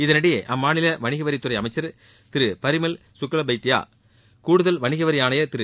இதனிடையே அம்மாநில வணிகவரித்துறை அமைச்சர் திரு பரிமல் சுக்லாபல்தியா கூடுதல் வணிகவரி ஆணையர் திரு